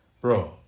Bro